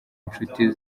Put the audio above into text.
inshuti